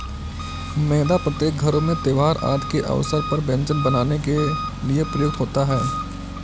मैदा प्रत्येक घरों में त्योहार आदि के अवसर पर व्यंजन बनाने के लिए प्रयुक्त होता है